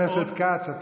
חבר הכנסת כץ,